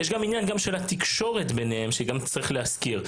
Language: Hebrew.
יש גם עניין של התקשורת ביניהם שגם צריך להזכיר.